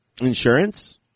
Insurance